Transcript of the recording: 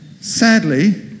Sadly